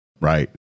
Right